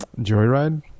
Joyride